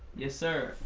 yes sir,